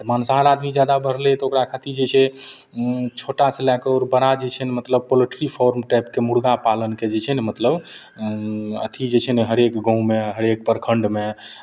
तऽ मांसाहार आदमी जादा बढ़लैए तऽ ओकरा खातिर जे छै छोटासँ लए कऽ आओर बड़ा जे छै ने मतलब पोल्ट्री फार्म टाइपके मुरगा पालनके जे छै ने मतलब अथि जे छै ने हरेक गाँवमे हरेक प्रखण्डमे